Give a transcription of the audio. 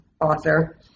author